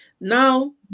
Now